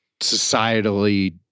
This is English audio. societally